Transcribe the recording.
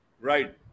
Right